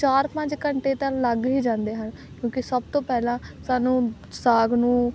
ਚਾਰ ਪੰਜ ਘੰਟੇ ਤਾਂ ਲੱਗ ਹੀ ਜਾਂਦੇ ਹਨ ਕਿਉਂਕਿ ਸਭ ਤੋਂ ਪਹਿਲਾਂ ਸਾਨੂੰ ਸਾਗ ਨੂੰ